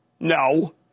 No